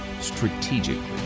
strategically